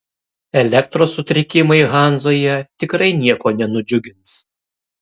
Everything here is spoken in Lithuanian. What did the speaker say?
elektros sutrikimai hanzoje tikrai nieko nenudžiugins